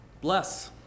Bless